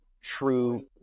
true